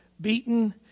beaten